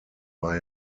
war